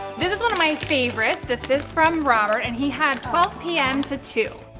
this is one of my favorites. this is from robert, and he had twelve p m. to two.